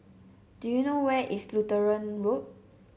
do you know where is Lutheran Road